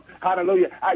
Hallelujah